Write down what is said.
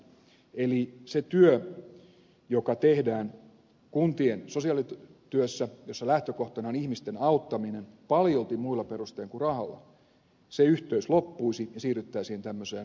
eli se työ joka tehdään kuntien sosiaalityössä jossa lähtökohtana on ihmisten auttaminen paljolti muilla perustein kuin rahalla se yhteys loppuisi ja siirryttäisiin tämmöiseen automaattiseen rahanjakoon